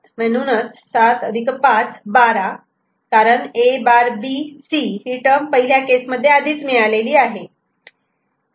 आणि म्हणून 7 5 12 कारण A' B C ही टर्म पहिल्या केसमध्ये आधीच मिळाली आहे